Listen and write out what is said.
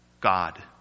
God